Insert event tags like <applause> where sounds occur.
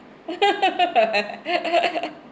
<laughs>